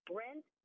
rent